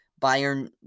Bayern